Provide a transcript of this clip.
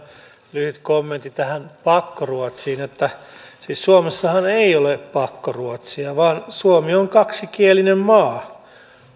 lyhyt kommentti tähän pakkoruotsiin siis suomessahan ei ole pakkoruotsia vaan suomi on kaksikielinen maa